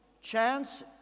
chance